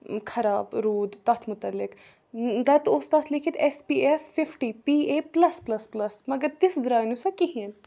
خراب روٗد تَتھ مُتعلِق تَتہِ اوس تَتھ لیٚکھِتھ S P F fifty P A plus plus plus مگر تِژھ درٛاے نہٕ سۄ کِہیٖنۍ